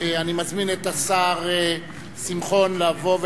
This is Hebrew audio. אני מזמין את השר שלום שמחון לבוא,